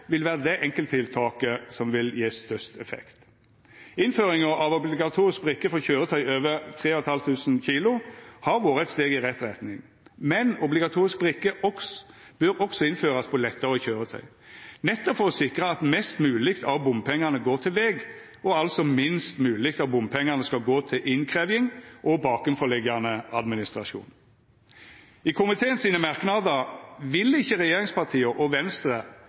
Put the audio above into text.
vil vera det enkelttiltaket som vil gje størst effekt. Innføringa av obligatorisk brikke for køyretøy over 3 500 kg har vore eit steg i rett retning, men obligatorisk brikke bør også innførast på lettare køyretøy, nettopp for å sikra at mest mogleg av bompengane går til veg, og altså at minst mogleg av bompengane skal gå til innkrevjing og bakanforliggjande administrasjon. I komiteen sine merknadar vil ikkje regjeringspartia og Venstre